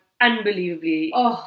unbelievably